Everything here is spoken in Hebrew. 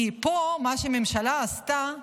כי פה מה שהממשלה עשתה,